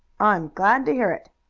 i am glad to hear it.